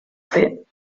fer